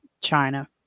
China